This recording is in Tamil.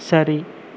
சரி